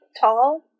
tall